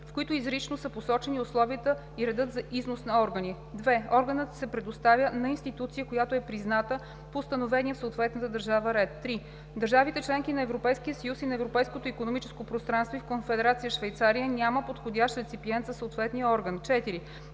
в които изрично са посочени условията и редът за износ на органи; 2. органът се предоставя на институция, която е призната по установения в съответната държава ред; 3. в държавите – членки на Европейския съюз и на Европейското икономическо пространство и в Конфедерация Швейцария няма подходящ реципиент за съответния орган; 4.